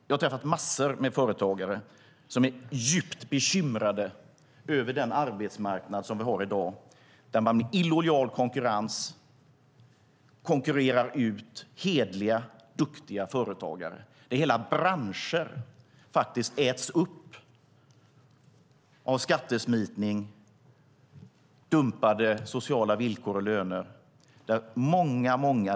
Jag har träffat massor med företagare som är djupt bekymrade över den arbetsmarknad som vi har i dag, där man med illojal konkurrens konkurrerar ut hederliga, duktiga företagare. Det är hela branscher som faktiskt äts upp genom skattesmitning, dumpade sociala villkor och löner.